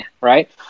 right